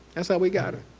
that's how we got her.